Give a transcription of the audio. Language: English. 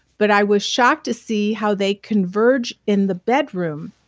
but i was shocked to see how they converge in the bedroom.